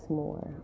more